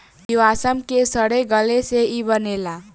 जीवाश्म के सड़े गले से ई बनेला